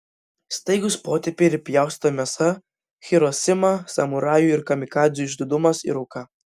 staigūs potėpiai ir pjaustyta mėsa hirosima samurajų ir kamikadzių išdidumas ir auka